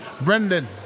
Brendan